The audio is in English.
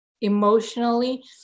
emotionally